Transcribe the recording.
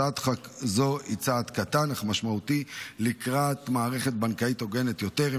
הצעת חוק זו היא צעד קטן אך משמעותי לקראת מערכת בנקאית הוגנת יותר,